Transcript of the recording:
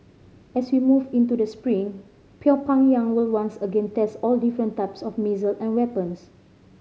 as we move into the spring Pyongyang will once again test all different types of missile and weapons